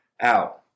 out